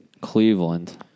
Cleveland